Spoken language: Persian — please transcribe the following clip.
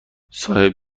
صاحب